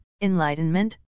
enlightenment